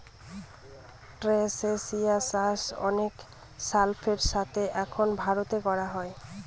ট্রাস্টেসিয়া চাষ অনেক সাফল্যের সাথে এখন ভারতে করা হয়